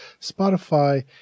Spotify